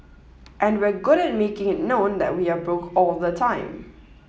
and we're good at making it known that we are broke all the time